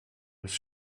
ist